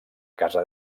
casa